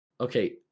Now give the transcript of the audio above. okay